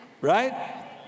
right